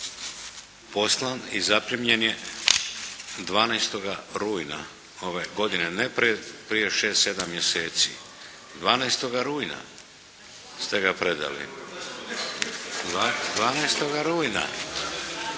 poslan i zaprimljen je 12. rujna ove godine, ne prije 6, 7 mjeseci, 12. rujna ste ga predali. Ja sam